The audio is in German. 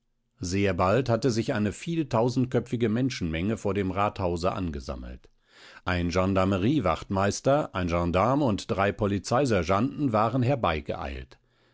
sehr bald hatte sich eine vieltausendköpfige menschenmenge vor dem rathause angesammelt ein gendarmeriewachtmeister ein gendarm und drei polizeisergeanten waren